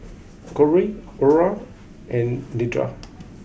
Corey Ora and Nedra